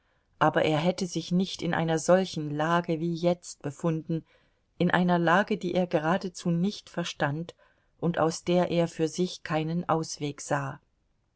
aber er hätte sich nicht in einer solchen lage wie jetzt befunden in einer lage die er geradezu nicht verstand und aus der er für sich keinen ausweg sah